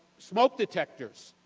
smoke detectors.